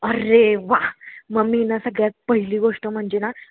अरे वा मम्मी ना सगळ्यात पहिली गोष्ट म्हणजे ना